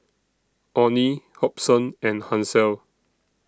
Onie Hobson and Hansel